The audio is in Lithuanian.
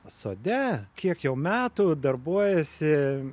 sode kiek jau metų darbuojasi